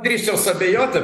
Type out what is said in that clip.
drįsčiau suabejoti